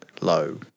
low